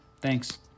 Thanks